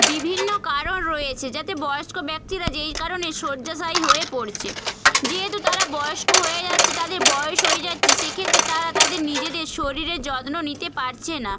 বিভিন্ন কারণ রয়েছে যাতে বয়স্ক ব্যক্তিরা যেই কারণে শয্যাশায়ী হয়ে পড়ছে যেহেতু তারা বয়স্ক হয়ে যাচ্ছে তাদের বয়স হয়ে যাচ্ছে সেক্ষেত্রে তারা তাদের নিজেদের শরীরের যত্ন নিতে পারছে না